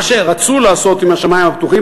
מה שרצו לעשות עם "השמים הפתוחים",